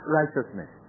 righteousness